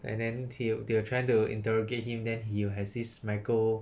and then the~ they were trying to interrogate him and then he will has this microscopic